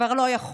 כבר לא יכול.